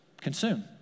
Consume